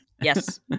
Yes